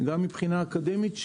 גם מבחינה אקדמית,